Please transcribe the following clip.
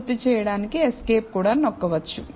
పూర్తి చేయడానికి ఎస్కేప్ కూడా నొక్కవచ్చు